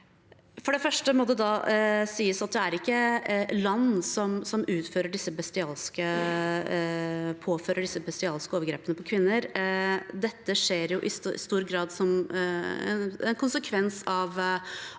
For det første må det da sies at det ikke er land som påfører kvinner disse bestialske overgrepene. Dette skjer i stor grad som en konsekvens av